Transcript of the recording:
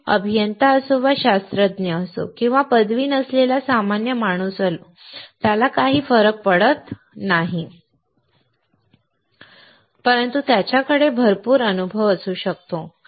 तो अभियंता असो वा शास्त्रज्ञ असो किंवा पदवी नसलेला सामान्य माणूस असो त्याला काही फरक पडत नाही परंतु त्याच्याकडे भरपूर अनुभव असू शकतो